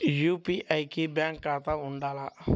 UPI కి bank ఖాతా ఉండాల?